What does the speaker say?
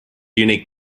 unique